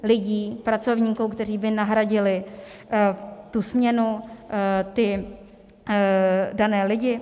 Lidí, pracovníků, kteří by nahradili tu směnu, ty dané lidi?